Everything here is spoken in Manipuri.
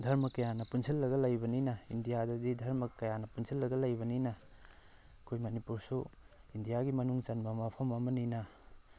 ꯙꯔꯃ ꯀꯌꯥꯅ ꯄꯨꯟꯁꯤꯜꯂꯒ ꯂꯩꯕꯅꯤꯅ ꯏꯟꯗꯤꯌꯥꯗꯗꯤ ꯗꯔꯃ ꯀꯌꯥꯅ ꯄꯨꯟꯁꯤꯜꯂꯒ ꯂꯩꯕꯅꯤꯅ ꯑꯩꯈꯣꯏ ꯃꯅꯤꯄꯨꯔꯁꯨ ꯏꯟꯗꯤꯌꯥꯒꯤ ꯃꯅꯨꯡ ꯆꯟꯕ ꯃꯐꯝ ꯑꯃꯅꯤꯅ